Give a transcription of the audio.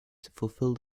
fulfil